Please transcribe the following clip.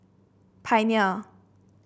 pioneer